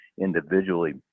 individually